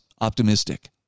optimistic